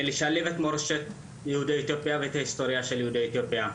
לשלב את מורשת יהודי אתיופיה ואת ההיסטוריה של יהודי אתיופיה,